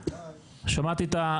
שקט אני מבקש שקט.